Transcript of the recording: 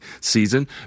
season